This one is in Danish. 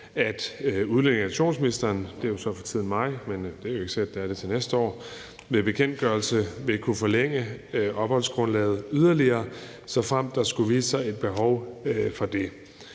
– ved bekendtgørelse vil kunne forlænge opholdsgrundlaget yderligere, såfremt der skulle vise sig et behov for det.